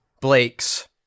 Blake's